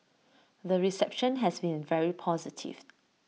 the reception has been very positive